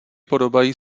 podobají